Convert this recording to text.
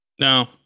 No